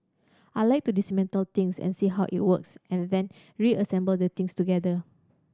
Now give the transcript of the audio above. I like to dismantle things and see how it works and then reassemble the things together